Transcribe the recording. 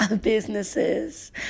businesses